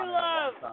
love